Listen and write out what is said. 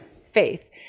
faith